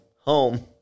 home